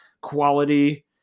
quality